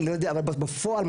אבל בפועל,